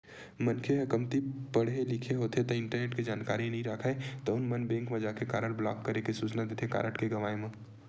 मनखे ह कमती पड़हे लिखे होथे ता इंटरनेट के जानकारी नइ राखय तउन मन बेंक म जाके कारड ब्लॉक करे के सूचना देथे कारड के गवाय म